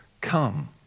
come